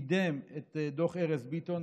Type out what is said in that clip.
קידם את דוח ארז ביטון,